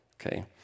Okay